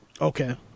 Okay